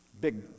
Big